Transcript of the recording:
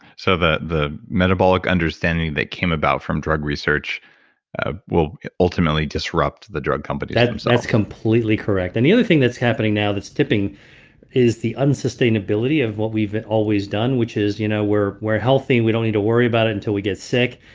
so the the metabolic understanding that came about from drug research ah will ultimately disrupt the drug companies themselves so that's completely correct. and the other thing that's happening now that's tipping is the unsustainability of what we've always done, which is, you know we're we're healthy. we don't need to worry about it until we get sick.